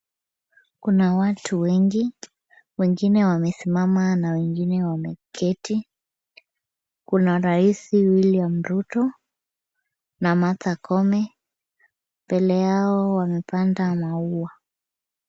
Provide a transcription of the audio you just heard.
Kuna watu wengi, wengine wamesimama na wengine wameketi. Kuna rais William Ruto na Martha Koome. Mbele yao wamepanda maua.